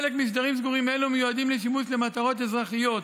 חלק משטחים סגורים אלה מיועדים לשימוש למטרות אזרחיות,